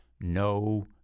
no